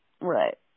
Right